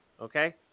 Okay